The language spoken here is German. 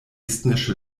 estnische